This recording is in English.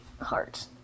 heart